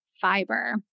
fiber